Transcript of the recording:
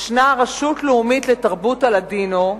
יש רשות לאומית לתרבות הלדינו,